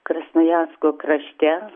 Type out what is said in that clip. krasnojarsko krašte